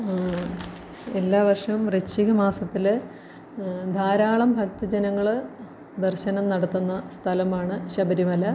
എല്ലാ വർഷവും വൃശ്ചിക മാസത്തിൽ ധാരാളം ഭക്തജനങ്ങൾ ദർശനം നടത്തുന്ന സ്ഥലമാണ് ശബരിമല